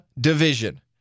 division